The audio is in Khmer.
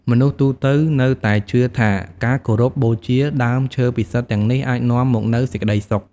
មនុស្សទូទៅនៅតែជឿថាការគោរពបូជាដើមឈើពិសិដ្ឋទាំងនេះអាចនាំមកនូវសេចក្តីសុខ។